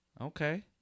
Okay